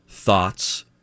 thoughts